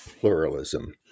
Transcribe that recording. pluralism